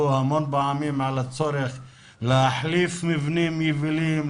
המון פעמים על הצורך להחליף מבנים יבילים,